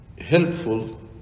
helpful